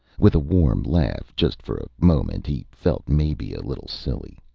with a warm laugh. just for a moment he felt maybe a little silly.